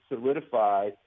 solidify